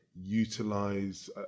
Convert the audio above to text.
utilize